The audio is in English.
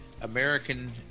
American